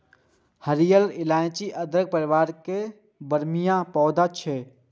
हरियर इलाइची अदरक परिवार के बरमसिया पौधा छियै